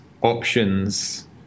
options